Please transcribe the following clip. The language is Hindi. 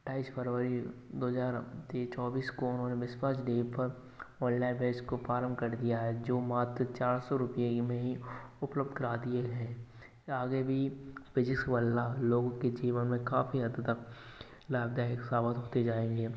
अठाईस फरवरी दो हजार चौबीस को उन्होंने डे पर ऑनलाइन बैच को प्रारम्भ कर दिया है जो मात्र चार सौ रूपए में ही उपलब्ध करा दिए हैं आगे भी फिजिक्स वल्लाह लोगों के जीवन में काफी हद तक लाभदायक साबित होते जाएँगे